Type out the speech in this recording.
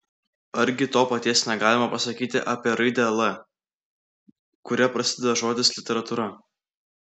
argi to paties negalima pasakyti apie raidę l kuria prasideda žodis literatūra